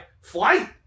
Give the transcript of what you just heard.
flight